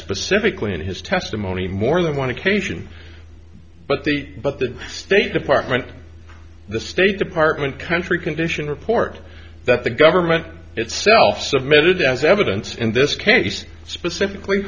specifically in his testimony more than one occasion but the but the state department the state department country condition report that the government itself submitted as evidence in this case specifically